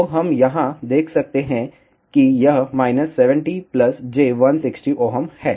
तो हम यहां देख सकते हैं कि यह 70j160 है